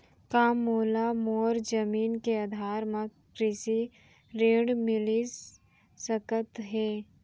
का मोला मोर जमीन के आधार म कृषि ऋण मिलिस सकत हे?